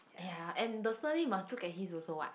ya and the surname must look at his also what